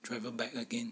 travel back again